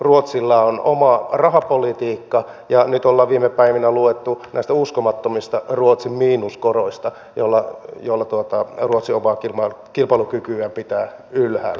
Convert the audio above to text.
ruotsilla on oma rahapolitiikka ja nyt ollaan viime päivinä luettu näistä uskomattomista miinuskoroista joilla ruotsi omaa kilpailukykyään pitää ylhäällä